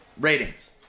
ratings